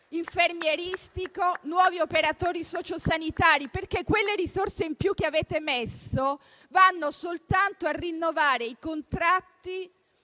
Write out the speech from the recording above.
infermieristico, nuovi operatori sociosanitari, perché quelle risorse in più che avete stanziato vanno soltanto a rinnovare i contratti